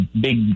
big